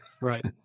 Right